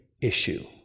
issue